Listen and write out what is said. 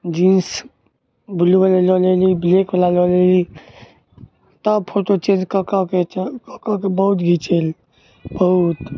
jeans बुल्लूवला लऽ लेली ब्लैकवला लऽ लेली तब फोटो चेन्ज कऽ कऽके चेन्ज कऽ कऽके बहुत घिचैली बहुत